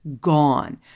gone